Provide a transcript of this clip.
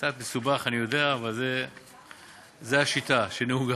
קצת מסובך, אני יודע, אבל זו השיטה שנהוגה.